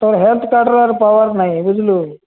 ତାର ହେଲ୍ଥ କାର୍ଡ଼ର ଆର୍ ପାୱାର୍ ନାହିଁ ବୁଝିଲୁ